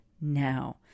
now